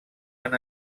han